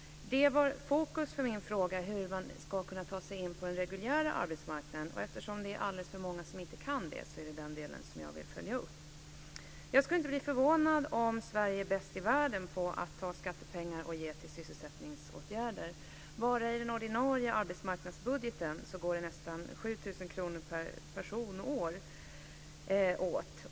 Det var fokus för min fråga, hur man ska kunna ta sig in på den reguljära arbetsmarknaden. Eftersom det är alldeles för många som inte kan det är det den delen som jag vill följa upp. Jag skulle inte bli förvånad om Sverige är bäst i världen på att ta skattepengar och ge till sysselsättningsåtgärder. Bara i den ordinarie arbetsmarknadsbudgeten går nästan 7 000 kr per person och år åt.